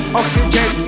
oxygen